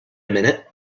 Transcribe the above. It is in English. minute